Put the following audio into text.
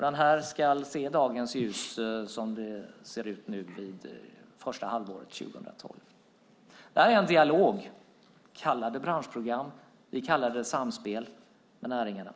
Den ska se dagens ljus, som det ser ut nu, första halvåret 2012. Det här är en dialog. Kalla det branschprogram. Vi kallar det för ett samspel med näringarna.